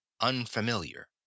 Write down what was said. unfamiliar